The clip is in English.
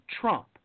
Trump